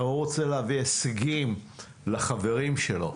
הרי --- רוצה להביא הישגים לחברים שלו,